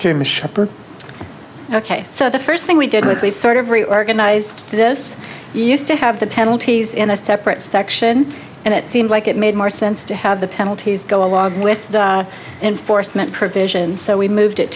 a shopper ok so the first thing we did was we sort of reorganized this used to have the penalties in a separate section and it seemed like it made more sense to have the penalties go along with the enforcement provisions so we moved it